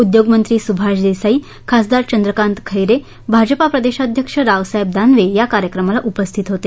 उद्योगमंत्री सुभाष देसाई खासदार चंद्रकांत खैरे भाजप प्रदेशाध्यक्ष रावसाहेब दानवे या कार्यक्रमाला उपस्थित होते